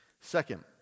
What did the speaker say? Second